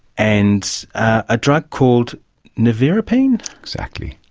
and a drug called nevirapine. exactly.